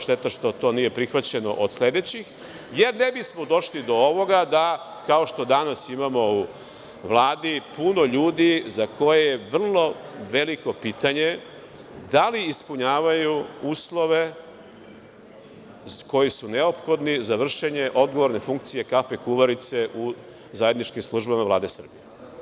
Šteta što to nije prihvaćeno od sledećih, jer ne bismo došli do ovoga da kao što danas imamo u Vladi puno ljudi za koje je veliko pitanje da li ispunjavaju uslove koji su neophodni za vršenje odgovorne funkcije kafe kuvarice u zajedničkim službama Vlade Srbije.